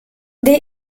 des